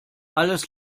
alles